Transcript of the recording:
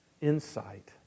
insight